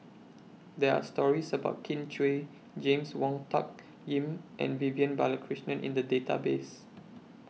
There Are stories about Kin Chui James Wong Tuck Yim and Vivian Balakrishnan in The Database